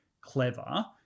clever